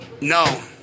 No